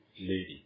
lady